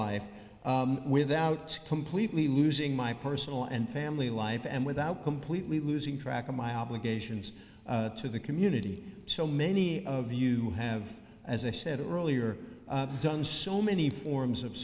life without completely losing my personal and family life and without completely losing track of my obligations to the community so many of you have as i said earlier done so many forms of